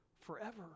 forever